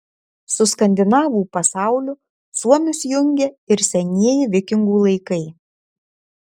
su skandinavų pasauliu suomius jungia ir senieji vikingų laikai